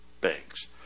banks